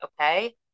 okay